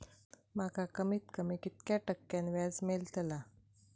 माका कमीत कमी कितक्या टक्क्यान व्याज मेलतला?